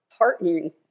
partnering